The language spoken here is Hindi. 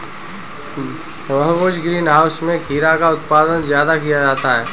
बहुभुज ग्रीन हाउस में खीरा का उत्पादन ज्यादा किया जाता है